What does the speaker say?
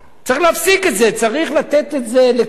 צריך להפסיק את זה, צריך לתת את זה לכולם.